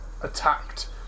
attacked